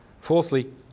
Fourthly